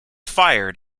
fired